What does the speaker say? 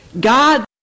God